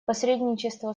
посредничество